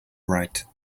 right